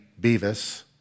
Beavis